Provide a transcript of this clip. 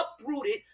uprooted